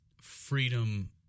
freedom